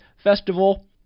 festival